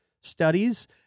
studies